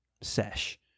sesh